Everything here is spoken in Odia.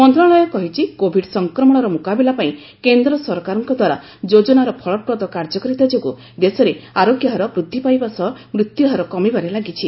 ମନ୍ତ୍ରଣାଳୟ କହିଛି କୋବିଡ୍ ସଂକ୍ରମଣର ମୁକାବିଲା ପାଇଁ କେନ୍ଦ୍ର ସରକାରଙ୍କ ଦ୍ୱାରା ଯୋଜନାର ଫଳପ୍ରଦ କାର୍ଯ୍ୟକାରିତା ଯୋଗୁଁ ଦେଶରେ ଆରୋଗ୍ୟ ହାର ବୃଦ୍ଧି ପାଇବା ସହ ମୃତ୍ୟୁହାର କମିବାରେ ଲାଗିଛି